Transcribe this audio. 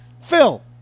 Phil